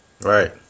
Right